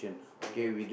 okay